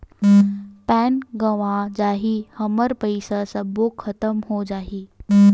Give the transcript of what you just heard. Pan गंवा जाही हमर पईसा सबो खतम हो जाही?